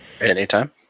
Anytime